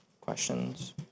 Questions